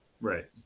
right